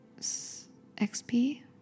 XP